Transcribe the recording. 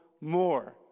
more